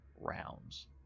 rounds